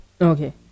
Okay